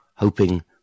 Hoping